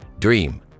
Dream